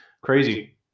crazy